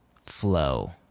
flow